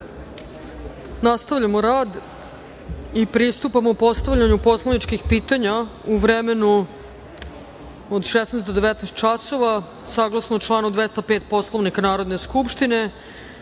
Nastavljamo rad i pristupamo postavljanju poslaničkih pitanja u vremenu od 16,00 do 19,00 časova saglasno članu 205. Poslovnika Narodne skupštine. Pre